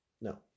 No